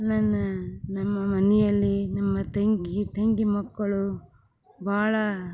ನನ್ನ ನಮ್ಮ ಮನೆಯಲ್ಲಿ ನಮ್ಮ ತಂಗಿ ತಂಗಿ ಮಕ್ಕಳು ಭಾಳ